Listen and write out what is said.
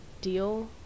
deal